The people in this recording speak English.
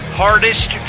hardest